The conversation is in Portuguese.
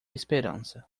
esperança